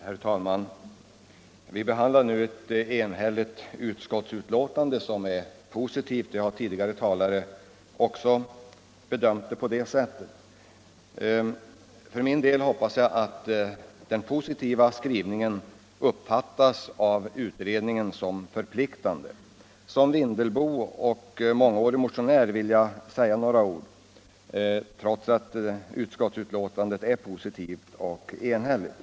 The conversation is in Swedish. Herr talman! Vi behandlar nu ett enhälligt utskottsbetänkande som är positivt — så har föregående talare också bedömt det. För min del hoppas jag att den positiva skrivningen skall av utredningen uppfattas som förpliktande. Som Vindelbo och mångårig motionär vill jag emellertid säga några ord trots att betänkandet är positivt och enhälligt.